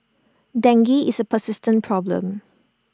dengue is A persistent problem